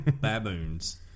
Baboons